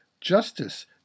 Justice